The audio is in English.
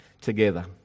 together